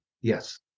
Yes